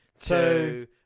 two